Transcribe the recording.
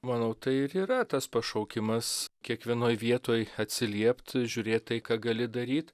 manau tai ir yra tas pašaukimas kiekvienoj vietoj atsiliept žiūrėt tai ką gali daryt